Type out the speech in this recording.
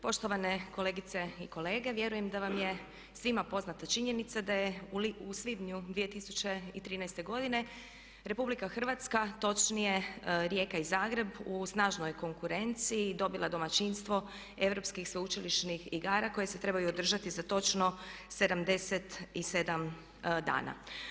Poštovane kolegice i kolege, vjerujem da vam je svima poznata činjenica da je u svibnju 2013 RH točnije Rijeka i Zagreb u snažnoj konkurenciji dobila domaćinstvo europskih sveučilišnih igara koje se trebaju održati za točno 77 dana.